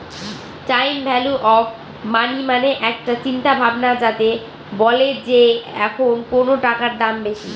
time value of money মানে একটা চিন্তা ভাবনা যাতে বলে যে এখন কোনো টাকার দাম বেশি